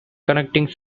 connecting